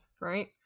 right